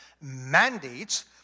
mandates